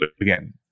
again